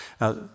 Now